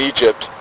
Egypt